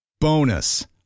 Bonus